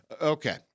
Okay